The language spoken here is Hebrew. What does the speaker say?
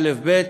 א' וב',